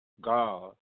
God